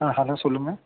ஆ hello சொல்லுங்கள்